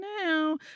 now